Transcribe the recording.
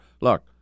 Look